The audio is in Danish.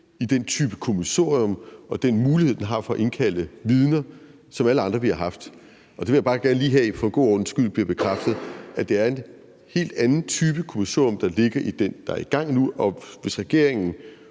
i den type kommissorium og den mulighed, den har, for at indkalde vidner, som alle andre ville have haft. Og der vil jeg bare for god ordens skyld gerne lige have, at det bliver bekræftet, at det er en helt anden type kommissorium, der ligger i den, der er i gang nu, og hvis regeringen